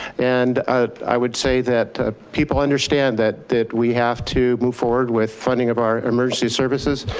and ah i would say that people understand that that we have to move forward with funding of our emergency services.